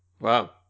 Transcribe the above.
Wow